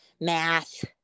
math